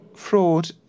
fraud